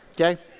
Okay